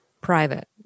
private